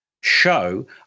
show